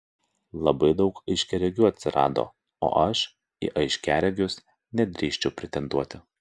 labai daug aiškiaregių atsirado o aš į aiškiaregius nedrįsčiau pretenduoti